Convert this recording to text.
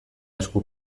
esku